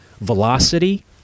velocity